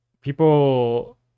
people